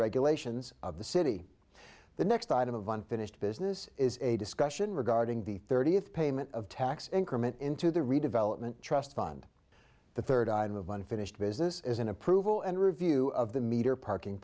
regulations of the city the next item of unfinished business is a discussion regarding the thirtieth payment of tax increment into the redevelopment trust fund the third item of unfinished business is an approval and review of the meter parking